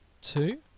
two